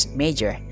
major